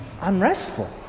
unrestful